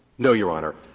no, your honor.